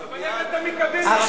אבל איך אתה מקבל את זה?